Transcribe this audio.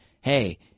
hey